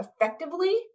effectively